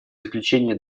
заключения